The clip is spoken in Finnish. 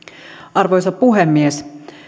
arvoisa puhemies